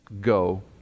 Go